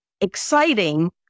exciting